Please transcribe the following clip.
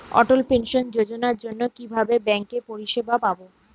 অটল pension যোজনার জন্য কিভাবে ব্যাঙ্কে পরিষেবা পাবো?